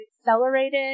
accelerated